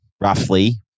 roughly